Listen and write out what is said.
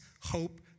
hope